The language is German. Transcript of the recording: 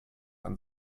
ein